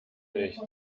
nicht